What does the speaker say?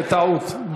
בטעות.